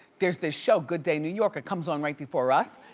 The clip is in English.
there's this show, good day new york, it comes on right before us.